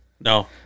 no